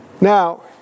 Now